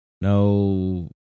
no